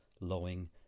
lowing